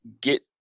get